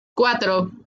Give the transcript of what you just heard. cuatro